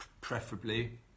preferably